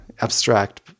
abstract